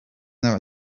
their